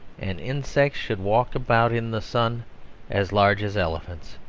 and insects should walk about in the sun as large as elephants.